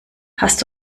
hast